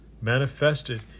manifested